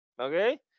okay